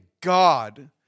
God